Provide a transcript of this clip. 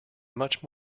much